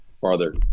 farther